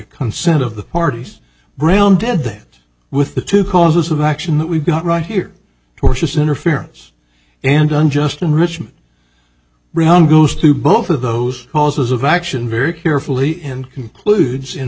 consent of the parties brown did that with the two causes of action that we've got right here tortious interference and unjust enrichment rehung goes to both of those causes of action very carefully and concludes in